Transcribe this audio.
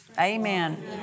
Amen